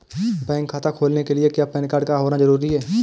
Bank खाता खोलने के लिए क्या पैन कार्ड का होना ज़रूरी है?